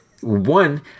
One